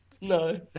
No